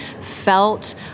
felt